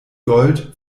gold